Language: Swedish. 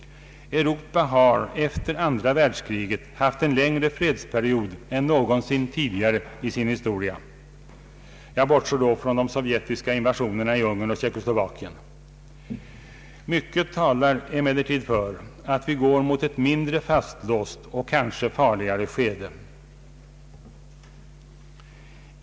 Europa har efter andra världskriget haft en längre fredsperiod än någonsin tidigare i sin historia — jag bortser då från de sovjetiska invasionerna i Ungern och Tjeckoslovakien. Mycket talar emellertid för att vi går emot ett mindre fastlåst och kanske farligare skede.